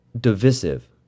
divisive